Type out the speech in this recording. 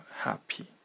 happy